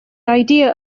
idea